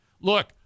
Look